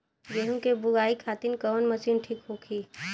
गेहूँ के बुआई खातिन कवन मशीन ठीक होखि?